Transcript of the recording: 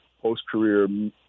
post-career